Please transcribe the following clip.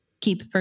keep